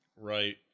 Right